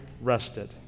rested